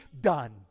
done